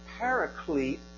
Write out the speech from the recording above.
paraclete